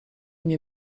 nie